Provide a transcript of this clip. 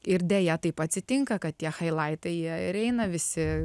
ir deja taip atsitinka kad tie chailaitai jie ir eina visi